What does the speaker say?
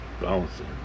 bouncing